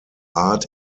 art